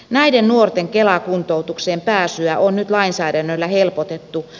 näiden nuorten kela kuntoutukseen pääsyä on nyt lainsäädännöllä helpotettu